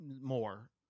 more